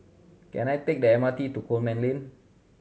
can I take the M R T to Coleman Lane